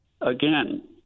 Again